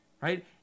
right